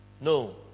No